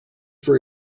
for